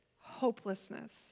hopelessness